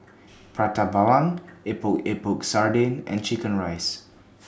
Prata Bawang Epok Epok Sardin and Chicken Rice